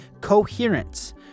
coherence